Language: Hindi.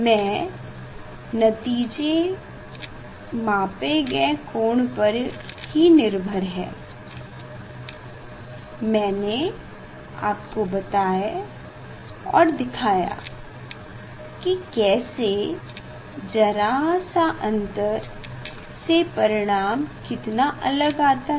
ये नतीजे मापे गए कोण पर ही निर्भर हैं मैने आपको बताए और दिखाया की कैसे जरा सा अन्तर से परिणाम कितने अलग आते हैं